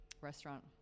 Restaurant